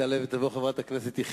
תעלה ותבוא חברת הכנסת שלי יחימוביץ,